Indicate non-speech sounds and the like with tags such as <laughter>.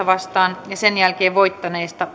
<unintelligible> vastaan ja sen jälkeen voittaneesta